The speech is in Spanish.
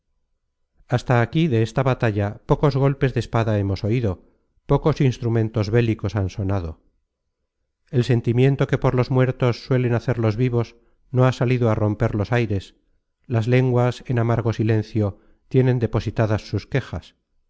hasta aquí de esta batalla pocos golpes de espada hemos oido pocos instrumentos bélicos han sonado el sentimiento que por los muertos suelen hacer los vivos no ha salido á romper los aires las lenguas en amargo silencio tienen depositadas sus quejas